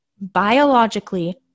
biologically